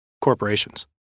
corporations